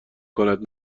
کند